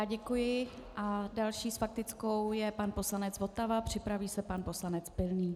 Děkuji a další s faktickou je pan poslanec Votava, připraví se pan poslanec Pilný.